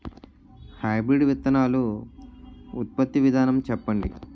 Hybrid విత్తనాలు ఉత్పత్తి విధానం చెప్పండి?